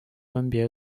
分别